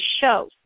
show